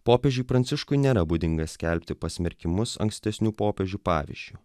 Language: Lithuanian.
popiežiui pranciškui nėra būdinga skelbti pasmerkimus ankstesnių popiežių pavyzdžiu